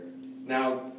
Now